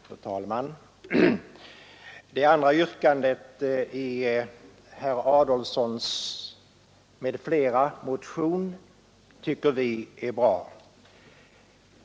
Fru talman! Det andra yrkandet i herr Adolfssons m.fl. motion tycker vi är bra.